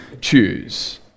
choose